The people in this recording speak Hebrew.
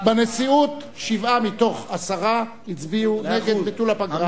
שבעה מעשרה הצביעו נגד ביטול הפגרה,